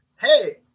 Hey